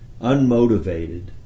unmotivated